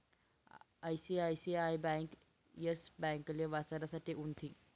ICICI bank Yes ब्यांकले वाचाडासाठे उनथी